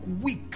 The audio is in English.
weak